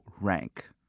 rank